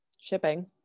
shipping